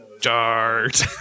Dart